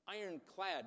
ironclad